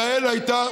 ברושי, זה,